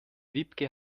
wiebke